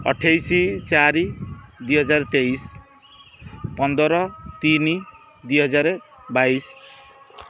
ଅଠେଇଶି ଚାରି ଦୁଇ ହଜାର ତେଇଶି ପନ୍ଦର ତିନି ଦୁଇ ହଜାର ବାଇଶି